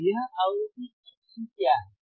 तो यह आवृत्ति fc क्या है